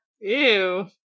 Ew